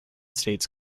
states